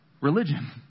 religion